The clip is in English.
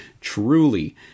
truly